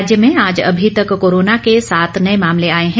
राज्य में आज अभी तक कोरोना के सात नए मामले आए हैं